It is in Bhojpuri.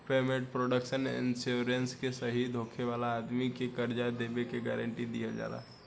पेमेंट प्रोटेक्शन इंश्योरेंस से शहीद होखे वाला आदमी के कर्जा देबे के गारंटी दीहल जाला